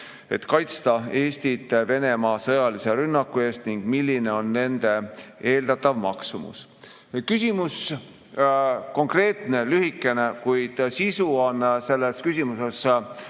et kaitsta Eestit Venemaa sõjalise rünnaku eest ning milline on nende eeldatav maksumus?"Küsimus konkreetne ja lühikene, kuid sisu on selles küsimuses